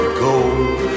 gold